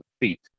feet